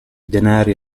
denari